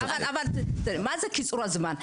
מה זה קיצור זמן,